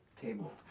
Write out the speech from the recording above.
table